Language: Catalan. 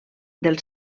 del